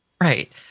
Right